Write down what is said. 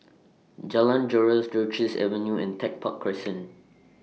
Jalan Joran's Duchess Avenue and Tech Park Crescent